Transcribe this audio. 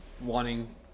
wanting